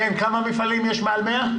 כמה מפעלים יש בהם מעל 100?